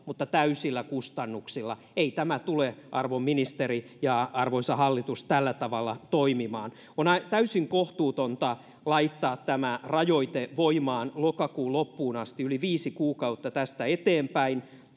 mutta täysillä kustannuksilla ei tämä tule arvon ministeri ja arvoisa hallitus tällä tavalla toimimaan on täysin kohtuutonta laittaa tämä rajoite voimaan lokakuun loppuun asti yli viisi kuukautta tästä eteenpäin